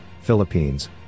Philippines